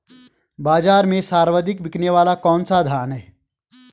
बाज़ार में सर्वाधिक बिकने वाला कौनसा धान है?